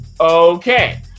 Okay